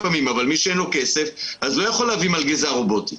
אבל מי שאין לו כסף לא יוכל להביא מלגזה רובוטית.